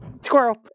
Squirrel